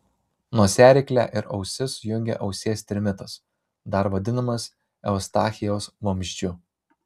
nosiaryklę ir ausis jungia ausies trimitas dar vadinamas eustachijaus vamzdžiu